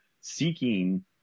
seeking